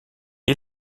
est